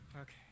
Okay